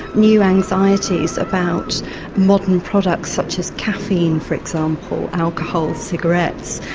new anxieties about modern products such as caffeine, for example, alcohol, cigarettes.